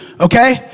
okay